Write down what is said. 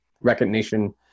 recognition